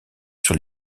sur